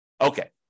Okay